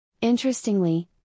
Interestingly